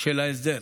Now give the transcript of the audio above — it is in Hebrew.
של ההסדר.